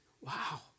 wow